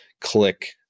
click